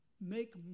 Make